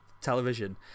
television